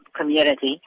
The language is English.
community